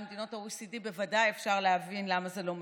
למדינות ה-OECD בוודאי אפשר להבין למה זה לא משכנע,